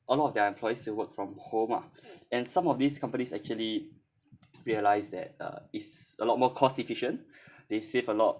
a lot of their employees to work from home uh and some of these companies actually realise that uh is a lot more cost efficient they save a lot